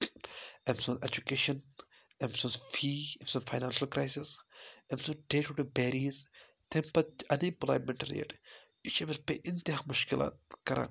أمۍ سٕنٛز ایٚجُکیشَن أمۍ سٕنٛز فی أمۍ سٕنٛز فاینانشَل کرٛایسِس أمۍ سُنٛد ڈے ٹُو ڈے بیریٖز تمہِ پَتہٕ اَن ایمپٕلایمٮ۪نٛٹ ریٹ یہِ چھِ أمِس پیٚیہِ اِنتِہا مُشکِلات کَران